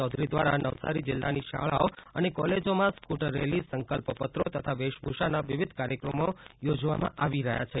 ચોધરી ઘ્રવારા નવસારી જિલ્લાની શાળાઓ અને કોલેજોમાં સ્કુટર રેલી સંકલ્પપત્રો તથા વેશભૂષાના વિવિધ કાર્યક્રમો યોજવામાં આવી રહયાં છે